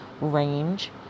range